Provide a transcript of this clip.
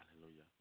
Hallelujah